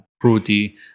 fruity